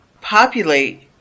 populate